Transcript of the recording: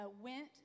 went